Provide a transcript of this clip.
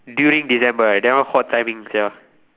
during December right that one hot timing sia